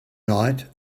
night